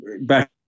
back